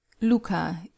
Luca